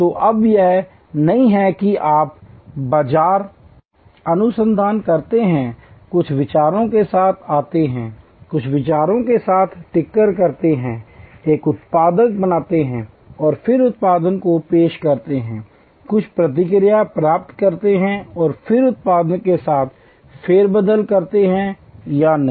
तो अब यह नहीं है कि आप बाजार अनुसंधान करते हैं कुछ विचारों के साथ आते हैं कुछ विचारों के साथ टिंकर करते हैं एक उत्पाद बनाते हैं और फिर उत्पाद को पेश करते हैं कुछ प्रतिक्रिया प्राप्त करते हैं और फिर उत्पाद के साथ फेरबदल करते हैं या नहीं